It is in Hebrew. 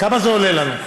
כמה זה עולה לנו?